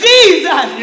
Jesus